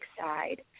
side